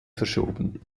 verschoben